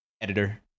editor